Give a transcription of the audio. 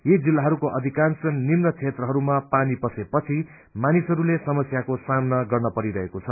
यी जिल्लाहरूको अधिकांश निम्न क्षेत्रहरूमा पानी पसे पछि मानिसहरूले समस्याको सामना गर्न परिरहेको छ